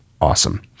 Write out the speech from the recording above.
Awesome